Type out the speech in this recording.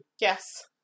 Yes